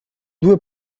due